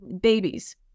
babies